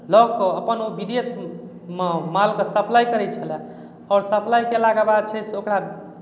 लय कऽ अपन ओ विदेशमे मालके सप्लाइ करैत छलय आओर सप्लाइ कयलाके बाद छै से ओकरा